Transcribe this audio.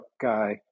guy